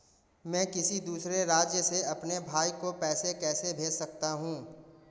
मैं किसी दूसरे राज्य से अपने भाई को पैसे कैसे भेज सकता हूं?